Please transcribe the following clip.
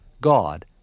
God